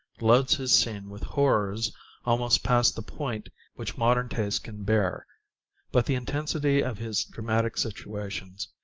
loads his scene with horrors almost past the point which modern taste can bear but the intensity of his dramatic situations,